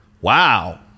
Wow